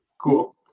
Cool